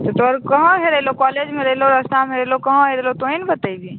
तऽ तोहार कहाँ हेरेलौ कॉलेजमे हेरेलौ रास्तामे हेरेलौ कहाँ हेरेलौ तुही ने बतेबही